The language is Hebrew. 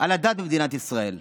על הדת במדינת ישראל,